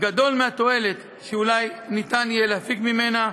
גדול מהתועלת שאולי אפשר יהיה להפיק ממנה,